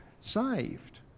saved